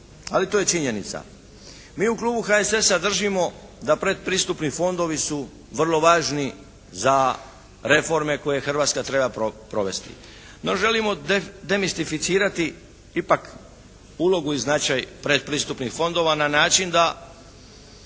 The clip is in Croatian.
Ali to je činjenica. Mi u klubu HSS-a držimo da predpristupni fondovi su vrlo važni za reforme koje Hrvatska treba provesti. No, želimo demistificirati ipak ulogu i značaj predpristupnih fondova na način da